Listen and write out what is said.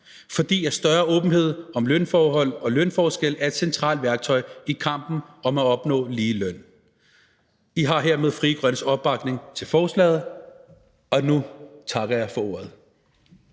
for større åbenhed om lønforhold og lønforskelle er et centralt værktøj i kampen for at opnå lige løn. I har hermed Frie Grønnes opbakning til forslaget – og nu takker jeg for ordet.